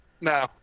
No